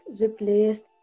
replaced